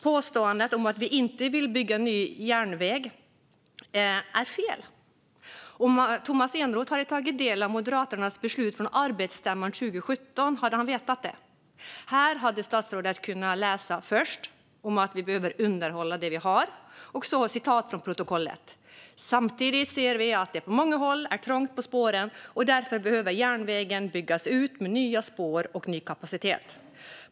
Påståendet om att vi inte vill bygga ny järnväg är fel. Om Tomas Eneroth hade tagit del av Moderaternas beslut från arbetsstämman 2017 hade han vetat det. Där hade statsrådet kunnat läsa om att vi behöver underhålla det vi har. I protokollet står det: Samtidigt ser vi att det på många håll är trångt på spåren, och därför behöver järnvägen byggas ut med nya spår och ny kapacitet.